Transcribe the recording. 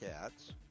cats